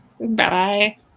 Bye